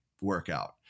workout